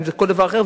אם זה כל דבר אחר,